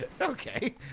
Okay